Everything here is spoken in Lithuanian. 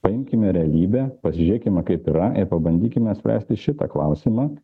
paimkime realybę pasižiūrėkime kaip yra ir pabandykime spręsti šitą klausimą